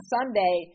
Sunday